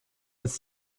als